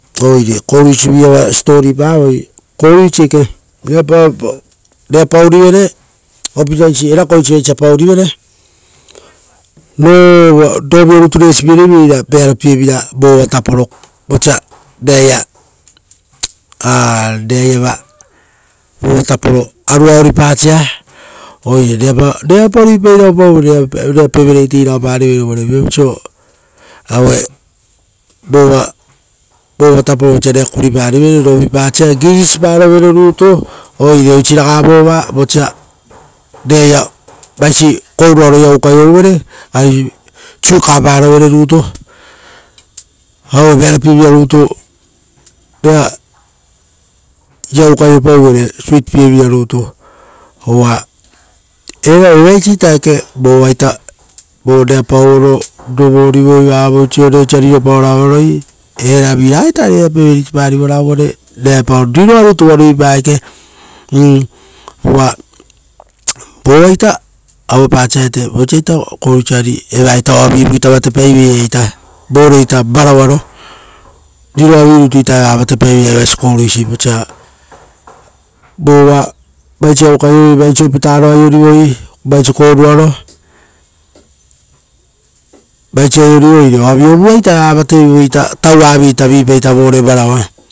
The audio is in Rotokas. Oire koruisi viava satori pavoi. Koruisi eke reru paurivere opitaisi erakoisi aisia paurivere. Voa rovio rutu resipierivere ira vearopievira vovataporo vosa, reraia reraiava. Vova taporonarua oripasa, oire rerapa rerapa ruipairao pauvere rera pevereit parivere uvare viapau oisio aue vova vosa rera kuriparivere rovipasa girisi parovere rutu. Oire oisi raga vova vosa reraia vaisiaroia ukaio-uvere, ari suka parovere rutu, auo vearopie vira rutu, rera iaa ukaio pauvere suit pievira rutu. Uva era evaisita ekee vovaita vo rera pauoro, rovurivoi vavoisiore osa riropaoro avaroi era viaita ari era pevereit parivora uvare reraepao riroa rutuva ruipa eke uuk uva, vovaita, auepa saete vosaita, koruisi, ari evaitai oavivu vatepaiveira. Voreita varauaro, riroavirutu ita eva vatepaiveira evaisi koruisi vosa. Vova vaisi ia ukaiouei vaisi opitaro aiorivoi, vaisi koruaro. Vaisi aiorivoi oire oavivuaita vatevoi ita tauvavi ita vore varaua.